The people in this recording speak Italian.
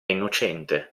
innocente